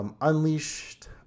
unleashed